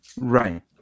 Right